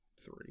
three